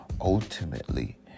Ultimately